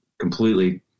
completely